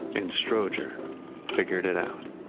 and strowger figured it out.